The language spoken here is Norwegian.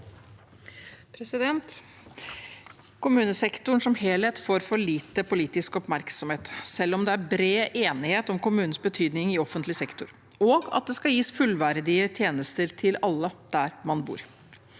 Kommunesektoren som helhet får for lite politisk oppmerksomhet, selv om det er bred enighet om kommunenes betydning i offentlig sektor, og at det skal gis fullverdige tjenester til alle der man bor.